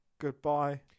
Goodbye